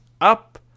up